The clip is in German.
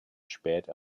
spät